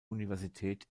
universität